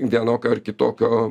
vienokio ar kitokio